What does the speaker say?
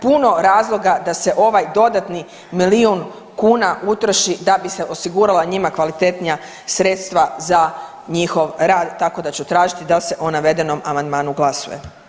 Puno razloga da se ovaj dodatni milijun kuna utroši da bi se osigurala njima kvalitetnija sredstva za njihov rad, tako da ću tražiti da se o navedenom amandmanu glasuje.